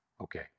okay